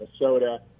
Minnesota